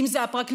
אם זו הפרקליטות,